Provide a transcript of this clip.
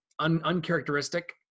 uncharacteristic